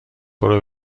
برو